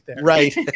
right